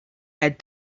had